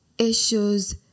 issues